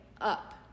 up